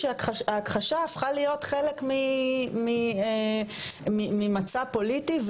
שההכחשה הפכה להיות כחלק ממצע פוליטי,